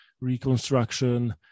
reconstruction